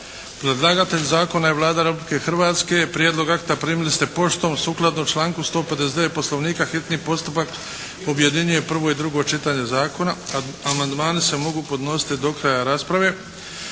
Predlagatelj zakona je Vlada Republike Hrvatske. Prijedlog akta primili ste poštom. Sukladno članku 159. poslovnika hitni postupak objedinjuje prvo i drugo čitanje zakona. Amandmani se mogu podnositi do kraja rasprave.